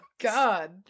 God